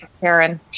Karen